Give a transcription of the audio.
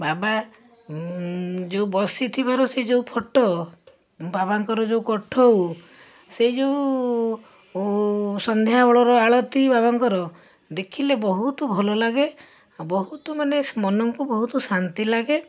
ବାବା ବସିଥିବାର ସେ ଯେଉଁ ଫୋଟ ବାବଙ୍କର ଯେଉଁ କଠଉ ସେଇ ଯେଉଁ ସନ୍ଧ୍ୟାବେଳର ଆଳତି ବାବଙ୍କର ଦେଖିଲେ ବହୁତ ଭଲ ଲାଗେ ଆ ବହୁତ ମାନେ ମନକୁ ବହୁତ ଶାନ୍ତିଲାଗେ